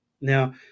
Now